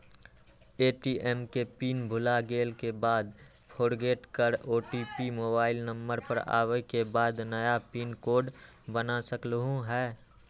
ATM के pin भुलागेल के बाद फोरगेट कर ओ.टी.पी मोबाइल नंबर पर आवे के बाद नया पिन कोड बना सकलहु ह?